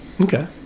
Okay